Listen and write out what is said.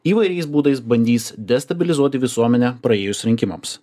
įvairiais būdais bandys destabilizuoti visuomenę praėjus rinkimams